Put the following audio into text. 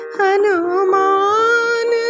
Hanuman